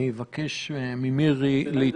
לעת